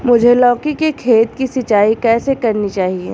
मुझे लौकी के खेत की सिंचाई कैसे करनी चाहिए?